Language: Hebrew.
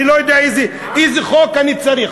אני לא יודע איזה חוק אני צריך,